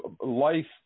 life